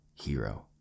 hero